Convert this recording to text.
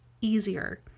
easier